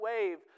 wave